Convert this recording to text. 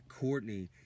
Courtney